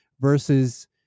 versus